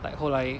like 后来